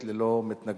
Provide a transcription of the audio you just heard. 27)